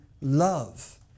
love